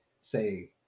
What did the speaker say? say